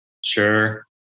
Sure